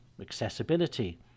accessibility